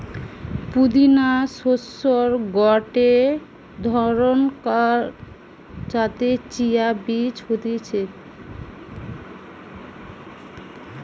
পুদিনা শস্যের গটে ধরণকার যাতে চিয়া বীজ হতিছে